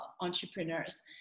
entrepreneurs